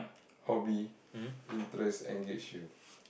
hobby interest engage you